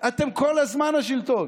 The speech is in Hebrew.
אתם כל הזמן השלטון.